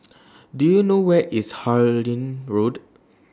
Do YOU know Where IS Harlyn Road